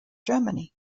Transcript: germany